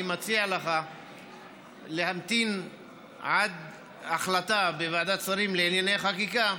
אני מציע לך להמתין עד להחלטה בוועדת שרים לענייני חקיקה,